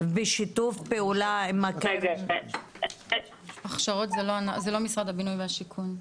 בשיתוף פעולה עם --- הכשרות זה לא משרד הבינוי והשיכון.